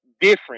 different